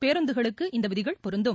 பேருந்துகளுக்கு இந்த விதிகள் பொருந்தும்